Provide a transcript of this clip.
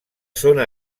zona